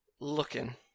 looking